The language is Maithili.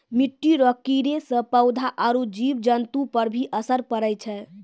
मिट्टी रो कीड़े से पौधा आरु जीव जन्तु पर भी असर पड़ै छै